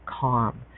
calm